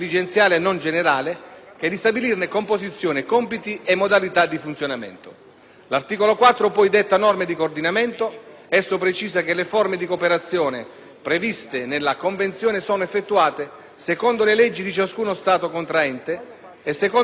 L'articolo 4, poi, detta norme di coordinamento. Esso precisa che le forme di cooperazione previste nella convenzione sono effettuate secondo le leggi di ciascuno Stato contraente e secondo le modalità nazionali, senza deroghe alla disciplina in materia stabilita singolarmente.